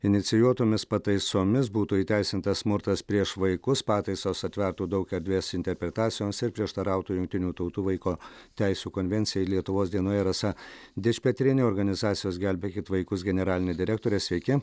inicijuotomis pataisomis būtų įteisintas smurtas prieš vaikus pataisos atvertų daug erdvės interpretacijoms ir prieštarautų jungtinių tautų vaiko teisių konvencijai lietuvos dienoje rasa dičpetrienė organizacijos gelbėkit vaikus generalinė direktorė sveiki